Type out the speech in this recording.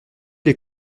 les